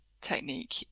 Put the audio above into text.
technique